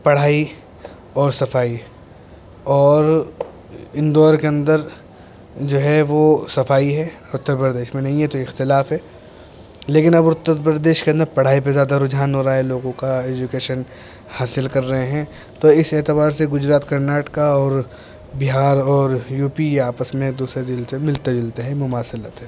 پڑھائی اور صفائی اور اندور کے اندر جو ہے وہ صفائی ہے اتر پردیش میں نہیں ہے تو اختلاف ہے لیکن اب اتر پردیش کے اندر پڑھائی پہ زیادہ رجحان ہو رہا ہے لوگوں کا ایجوکیشن حاصل کر رہے ہیں تو اس اعتبار سے گجرات کرناٹکا اور بہار اور یو پی آپس میں دوسرے دل سے ملتے جلتے ہیں مماثلت ہیں